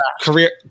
career